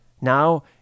now